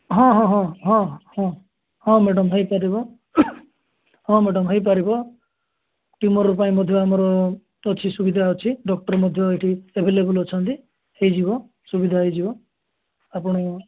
ହଁ ହଁ ହଁ ହଁ ହଁ ହଁ ମ୍ୟାଡ଼ାମ୍ ହୋଇପାରିବ ହଁ ମ୍ୟାଡ଼ାମ୍ ହୋଇପାରିବ ଟ୍ୟୁମର୍ ପାଇଁ ମଧ୍ୟ ଆମର ଅଛି ସୁବିଧା ଅଛି ଡକ୍ଟର୍ ମଧ୍ୟ ଏଇଠି ଏଭେଲେବୁଲ୍ ଅଛନ୍ତି ହୋଇଯିବ ସୁବିଧା ହୋଇଯିବ ଆପଣ